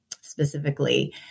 specifically